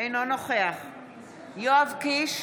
אינו נוכח יואב קיש,